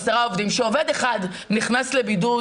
עשרה עובדים שעובד אחד נכנס לבידוד,